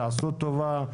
תעשו טובה.